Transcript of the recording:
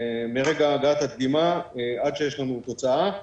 מרגע הגעת הדגימה, עד שיש לנו תוצאה.